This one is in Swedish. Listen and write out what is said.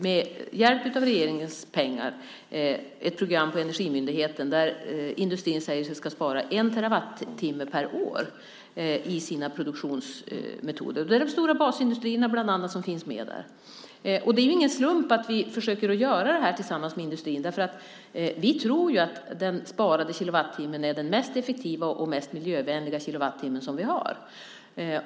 Med hjälp av regeringens pengar pågår nu ett program på Energimyndigheten där industrin säger att den ska spara en terawattimme per år i sina produktionsmetoder. Där finns bland andra de stora basindustrierna med. Det är ingen slump att vi försöker göra detta tillsammans med industrin, för vi tror ju att den sparade kilowattimmen är den mest effektiva och mest miljövänliga kilowattimme som vi har.